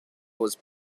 was